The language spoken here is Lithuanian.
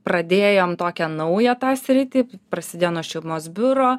pradėjom tokią naują tą sritį prasidėjom nuo šilumos biuro